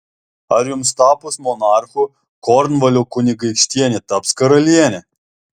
ar jums tapus monarchu kornvalio kunigaikštienė taps karaliene